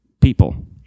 people